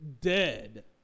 dead